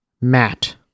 Matt